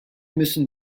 müssen